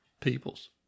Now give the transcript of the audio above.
peoples